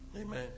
Amen